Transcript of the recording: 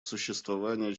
существования